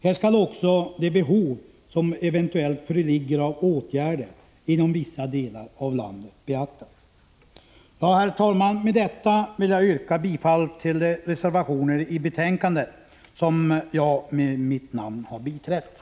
Här skall också de behov som eventuellt föreligger av åtgärder inom vissa delar av landet beaktas. 121 Med detta, herr talman, vill jag yrka bifall till de reservationer i betänkandet som jag med mitt namn har biträtt.